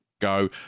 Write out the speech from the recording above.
go